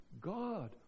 God